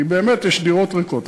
כי באמת יש דירות ריקות.